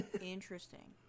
Interesting